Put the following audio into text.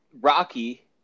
Rocky